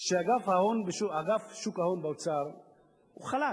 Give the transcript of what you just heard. שאגף שוק ההון באוצר הוא חלש,